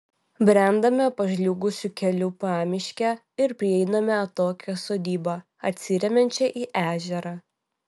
brendame pažliugusiu keliu pamiške ir prieiname atokią sodybą atsiremiančią į ežerą